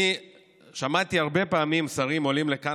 אני שמעתי הרבה פעמים שרים עולים לכאן